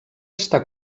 està